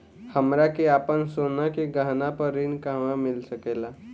हमरा के आपन सोना के गहना पर ऋण कहवा मिल सकेला?